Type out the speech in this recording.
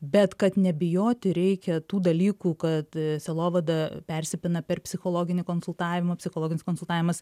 bet kad nebijoti reikia tų dalykų kad sielovada persipina per psichologinį konsultavimą psichologinis konsultavimas